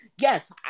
Yes